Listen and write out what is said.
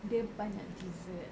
dia banyak dessert